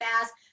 fast